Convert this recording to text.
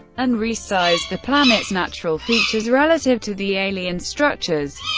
and resized the planet's natural features relative to the alien structures.